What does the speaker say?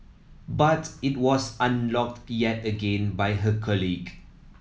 but it was unlocked yet again by her colleague